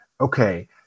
okay